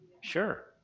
Sure